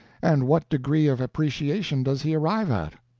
and what degree of appreciation does he arrive at?